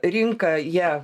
rinką ja